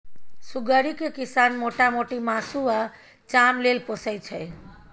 सुग्गरि केँ किसान मोटा मोटी मासु आ चाम लेल पोसय छै